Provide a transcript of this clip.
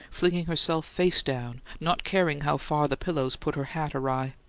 flinging herself face down, not caring how far the pillows put her hat awry.